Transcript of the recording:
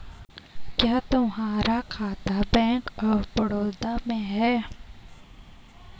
क्या तुम्हारा खाता बैंक ऑफ बड़ौदा में है?